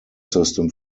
system